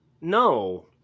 No